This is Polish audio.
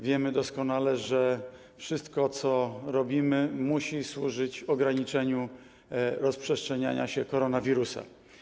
Wiemy doskonale, że wszystko, co robimy, musi służyć ograniczeniu rozprzestrzeniania się koronawirusa.